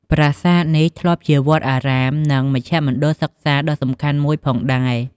ប្រាសាទនេះធ្លាប់ជាវត្តអារាម និងមជ្ឈមណ្ឌលសិក្សាដ៏សំខាន់មួយផងដែរ។